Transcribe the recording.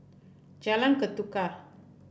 Jalan Ketuka